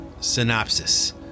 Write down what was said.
synopsis